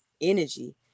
energy